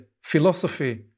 philosophy